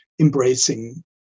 embracing